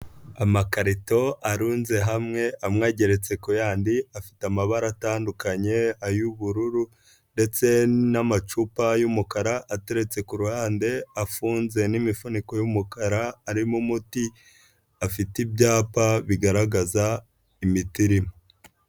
Amakarito arunze hamwe amwe ageretse ku yandi, afite amabara atandukanye, ay'ubururu ndetse n'amacupa y'umukara ateretse ku ruhande, afunze n'imifuniko y'umukara, arimo umuti, afite ibyapa bigaragaza imiti irimo.